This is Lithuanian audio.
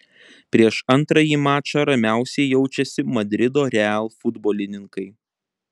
prieš antrąjį mačą ramiausiai jaučiasi madrido real futbolininkai